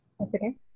Okay